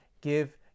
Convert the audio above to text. give